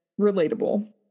relatable